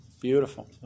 Beautiful